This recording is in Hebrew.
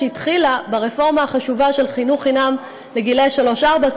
שהתחילה ברפורמה החשובה של חינוך חינם לגילאי שלוש-ארבע,